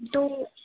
तो